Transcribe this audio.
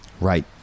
Right